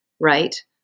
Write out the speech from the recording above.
right